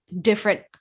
different